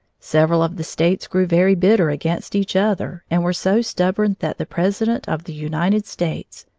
several of the states grew very bitter against each other and were so stubborn that the president of the united states,